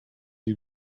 you